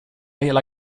hela